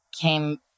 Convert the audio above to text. came